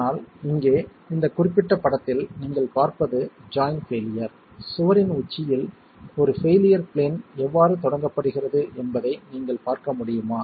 ஆனால் இங்கே இந்த குறிப்பிட்ட படத்தில் நீங்கள் பார்ப்பது ஜாய்ண்ட் பெயிலியர் சுவரின் உச்சியில் ஒரு பெயிலியர் பிளேன் எவ்வாறு தொடங்கப்படுகிறது என்பதை நீங்கள் பார்க்க முடியுமா